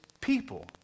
people